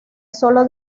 sólo